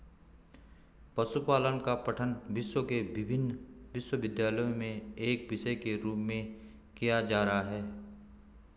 पशुपालन का पठन विश्व के विभिन्न विश्वविद्यालयों में एक विषय के रूप में किया जा रहा है